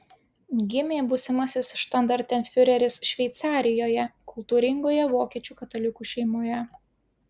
gimė būsimasis štandartenfiureris šveicarijoje kultūringoje vokiečių katalikų šeimoje